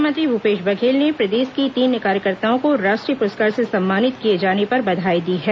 मुख्यमंत्री भूपेश बघेल ने प्रदेश की तीन कार्यकर्ताओं को राष्ट्रीय पुरस्कार से सम्मानित किए जाने पर बधाई दी है